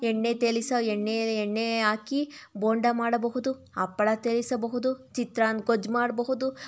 ಎಣ್ಣೆ ತೇಲಿಸ ಎಣ್ಣೆ ಎಣ್ಣೆ ಹಾಕಿ ಬೋಂಡಾ ಮಾಡಬಹುದು ಹಪ್ಪಳ ಬೇಯಿಸಬಹುದು ಚಿತ್ರಾನ್ನ ಗೊಜ್ಜು ಮಾಡಬಹುದು